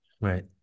right